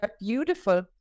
beautiful